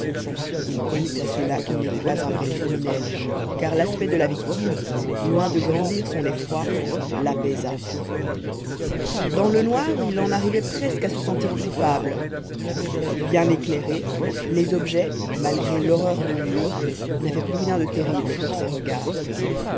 il connut à cela qu'il n'était pas un vrai criminel car l'aspect de la victime loin de grandir son effroi l'apaisa dans le noir il en arrivait presque à se sentir coupable bien éclairés les objets malgré l'horreur du lieu n'avaient plus rien de terrible pour ses regards